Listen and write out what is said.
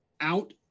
out